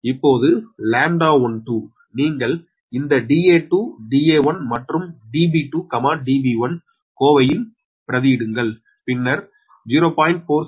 இப்போது λ12 நீங்கள் இந்த Da2 Da1 மற்றும் Db2 Db1 கோவையில் பிரதியிடுங்கள் பின்னர் 0